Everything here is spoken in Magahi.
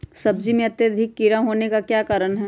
सब्जी में अत्यधिक कीड़ा होने का क्या कारण हैं?